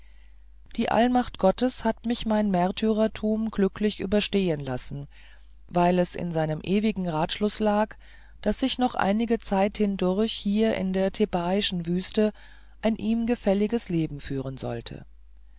die allmacht gottes hat mich mein märtyrertum glücklich überstehen lassen weil es in seinem ewigen ratschluß lag daß ich noch einige zeit hindurch hier in der thebaischen wüste ein ihm gefälliges leben führen sollte